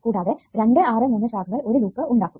കൂടാതെ 2 6 3 ശാഖകൾ ഒരു ലൂപ്പ് ഉണ്ടാക്കും